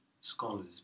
scholars